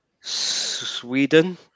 sweden